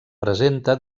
presenta